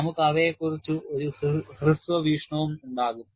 നമുക്ക് അവയെക്കുറിച്ച് ഒരു ഹ്രസ്വ വീക്ഷണവും ഉണ്ടാകും